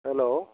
hello